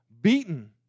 beaten